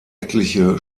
etliche